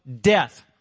death